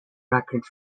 record